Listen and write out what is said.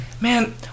man